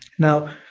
now,